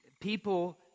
people